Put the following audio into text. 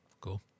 Cool